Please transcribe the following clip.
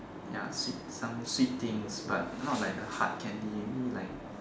ya sweet some sweet things but not like the hard candy maybe like